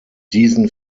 diesen